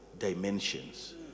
dimensions